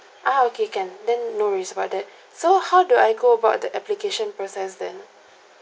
ah okay can then no worries about that so how do I go about the application process then